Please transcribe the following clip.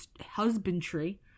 husbandry